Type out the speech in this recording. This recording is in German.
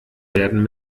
werden